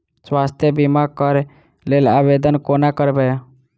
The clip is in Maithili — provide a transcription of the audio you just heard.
स्वास्थ्य बीमा कऽ लेल आवेदन कोना करबै?